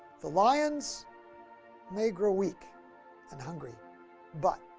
the lions may grow weak and hungry but